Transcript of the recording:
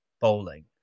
bowling